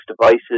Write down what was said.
devices